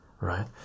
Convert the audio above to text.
right